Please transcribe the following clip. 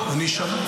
אני מעריך אותו מאוד.